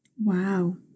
Wow